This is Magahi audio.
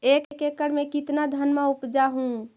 एक एकड़ मे कितना धनमा उपजा हू?